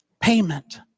payment